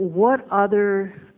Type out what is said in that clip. what other